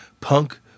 Punk